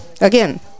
again